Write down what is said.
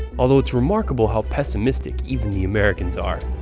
although it's remarkable how pessimistic even the americans are.